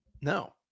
No